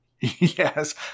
Yes